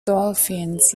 dolphins